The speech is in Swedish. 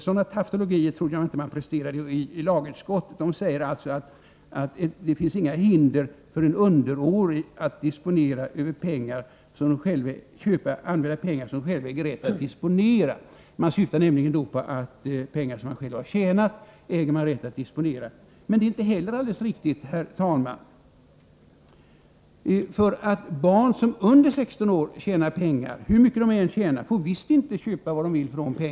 Sådana tautologier trodde jag inte att man presterade i lagutskottet. Utskottet säger att det inte finns några hinder för en underårig att använda pengar som han äger rätt att disponera. Man syftar då på pengar som han själv har tjänat. Men inte heller detta är alldeles riktigt, herr talman. Barn under 16 år som tjänar pengar — hur mycket det än är — får nämligen inte köpa vad de vill för dessa.